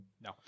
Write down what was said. No